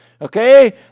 Okay